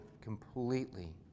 completely